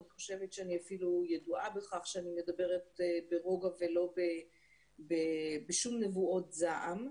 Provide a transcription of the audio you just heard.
אני חושבת שאני אפילו ידועה בכך שאני מדברת ברוגע ולא בשום נבואות זעם.